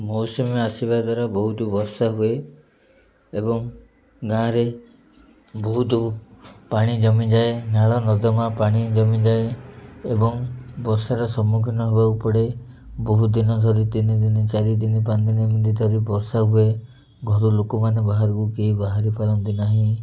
ମୌସୁମୀ ଆସିବା ଦ୍ୱାରା ବହୁତ ବର୍ଷା ହୁଏ ଏବଂ ଗାଁରେ ବହୁତ ପାଣି ଜମିଯାଏ ନାଳ ନର୍ଦ୍ଦମା ପାଣି ଜମିଯାଏ ଏବଂ ବର୍ଷାର ସମ୍ମୁଖୀନ ହେବାକୁ ପଡ଼େ ବହୁତ ଦିନ ଧରି ତିନି ଦିନି ଚାରି ଦିନି ପାଞ୍ଚ ଦିନ ଏମିତି ଧରି ବର୍ଷା ହୁଏ ଘରୁ ଲୋକମାନେ ବାହାରକୁ କେହି ବାହାରି ପାରନ୍ତି ନାହିଁ